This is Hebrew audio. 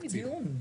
זה חלק מדיון.